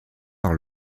par